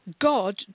God